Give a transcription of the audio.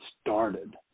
started